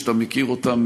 שאתה מכיר אותם,